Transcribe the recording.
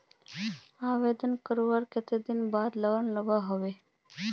आवेदन करवार कते दिन बाद लोन मिलोहो होबे?